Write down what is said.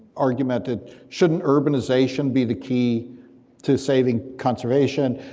argument, that shouldn't urbanization be the key to saving conservation,